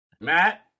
Matt